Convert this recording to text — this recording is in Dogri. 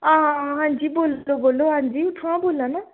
हां जी बोल्लो बोल्लो हां जी इत्थुआं बोल्ला ना